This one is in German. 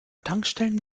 tankstellen